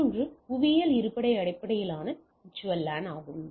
மற்றொன்று புவியியல் இருப்பிட அடிப்படையிலான VLAN ஆகும்